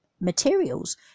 materials